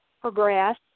progress